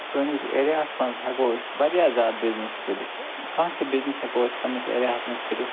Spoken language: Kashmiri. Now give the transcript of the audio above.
سٲنِس ایرِیا ہَس منٛز ہیٚکُو أسۍ واریاہ زیادٕ بِزنیٚس کٔرِتھ کانٛہہ تہِ بِزنیٚس ہیٚکُو أسۍ پَننِس ایرِیا ہَس منٛز کٔرِتھ